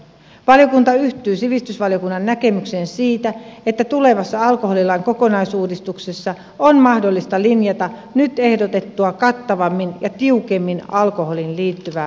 valiokunta yhtyy sivistysvaliokunnan näkemykseen siitä että tulevassa alkoholilain kokonaisuudistuksessa on mahdollista linjata nyt ehdotettua kattavammin ja tiukemmin alkoholiin liittyvää mainontaa